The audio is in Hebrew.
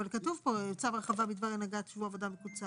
אבל כתוב פה "צו הרחבה בדבר הנהגת שבוע עבודה מקוצר".